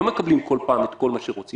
לא מקבלים כל פעם את כל מה שרוצים